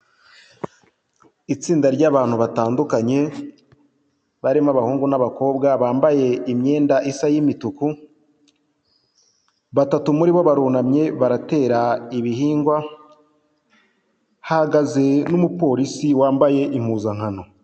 Itsinda ry'abantu batandukanye, barimo abahungu n'abakobwa bambaye imyenda isa y'imituku, batatu muri bo barunamye baratera ibihingwa, hahagaze n'umupolisi wambaye impuzankano.